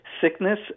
sickness